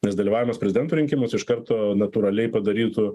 nes dalyvavimas prezidento rinkimuose iš karto natūraliai padarytų